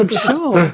um so